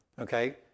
okay